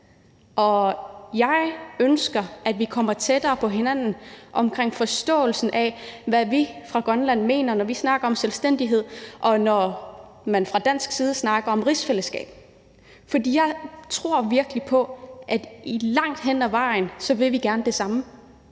og jeg ønsker, at vi kommer tættere på hinanden omkring forståelsen af, hvad vi fra Grønlands side mener, når vi snakker om selvstændighed, og når man fra dansk side snakker om rigsfællesskab, for jeg tror virkelig på, at vi langt hen ad vejen gerne vil det samme,